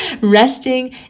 Resting